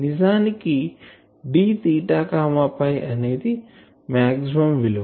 నిజానికి D అనేది maximum విలువ